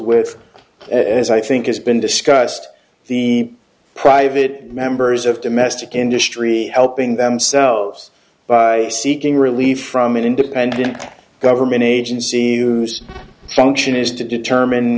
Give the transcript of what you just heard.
with as i think has been discussed the private members of domestic industry helping themselves by seeking relief from an independent government agency views function is to determine